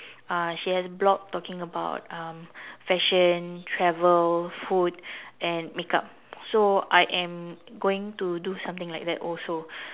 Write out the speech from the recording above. uh she has blog talking about um fashion travel food and makeup so I am going to do something like that also